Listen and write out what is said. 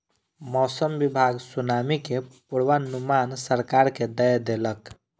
मौसम विभाग सुनामी के पूर्वानुमान सरकार के दय देलक